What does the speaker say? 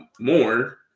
more